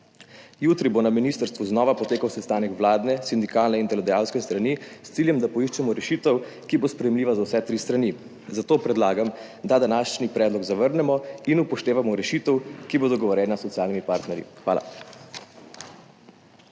Jutri bo na ministrstvu znova potekal sestanek vladne, sindikalne in delodajalske strani s ciljem, da poiščemo rešitev, ki bo sprejemljiva za vse tri strani. Zato predlagam, da današnji predlog zavrnemo in upoštevamo rešitev, ki bo dogovorjena s socialnimi partnerji. Hvala.